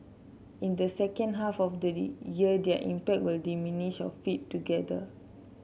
in the second half of the year their impact will diminish or fade altogether